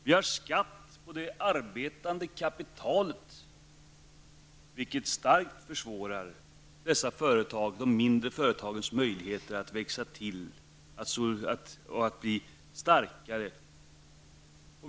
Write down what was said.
Vi har skatt på det arbetande kapitalet, vilket starkt försvårar dessa mindre företags möjligheter att växa till och bli starkare.